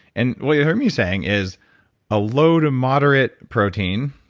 and what you heard me saying is a low to moderate protein,